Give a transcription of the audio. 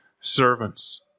servants